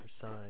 side